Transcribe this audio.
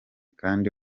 kandi